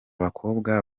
bakobwa